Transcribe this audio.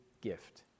gift